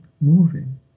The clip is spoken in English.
moving